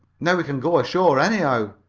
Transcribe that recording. now we can go ashore anyhow!